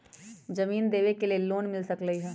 जमीन देवे से लोन मिल सकलइ ह?